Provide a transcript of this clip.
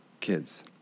kids